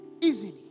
easily